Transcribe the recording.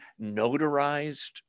notarized